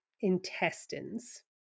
intestines